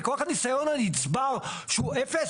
מכוח הניסיון הנצבר שהוא אפס?